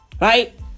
Right